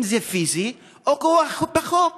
אם פיזי ואם כוח החוק.